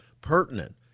pertinent